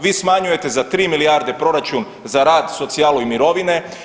Vi smanjujete za tri milijarde proračun za rad, socijalu i mirovine.